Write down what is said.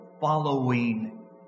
following